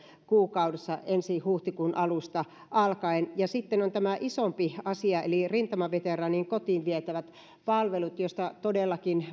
kuukaudessa ensi huhtikuun alusta alkaen ja sitten on tämä isompi asia eli rintamaveteraanien kotiin vietävät palvelut todellakin